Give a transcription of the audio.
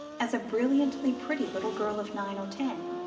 as a brilliantly pretty little girl of nine or ten,